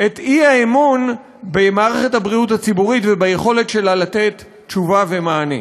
את האי-אמון במערכת הבריאות הציבורית וביכולת שלה לתת תשובה ומענה.